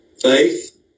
Faith